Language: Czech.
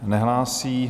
Nehlásí.